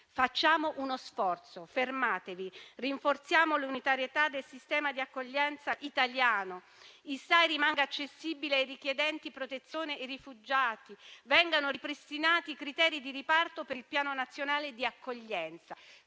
Facciamo uno sforzo, fermatevi. Rinforziamo l'unitarietà del sistema di accoglienza italiano. Il Sistema accoglienza integrazione (SAI) rimanga accessibile ai richiedenti protezione e ai rifugiati; vengano ripristinati i criteri di riparto per il piano nazionale di accoglienza.